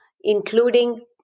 including